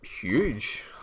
huge